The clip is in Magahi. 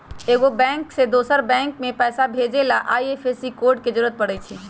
एगो बैंक से दोसर बैंक मे पैसा भेजे ला आई.एफ.एस.सी कोड जरूरी परई छई